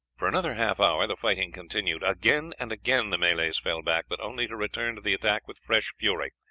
for another half hour the fighting continued. again and again the malays fell back, but only to return to the attack with fresh fury,